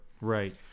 Right